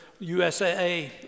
USAA